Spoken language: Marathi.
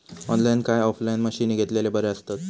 ऑनलाईन काय ऑफलाईन मशीनी घेतलेले बरे आसतात?